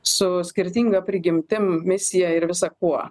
su skirtinga prigimtim misija ir visa kuo